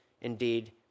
indeed